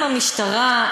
עם המשטרה,